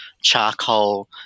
charcoal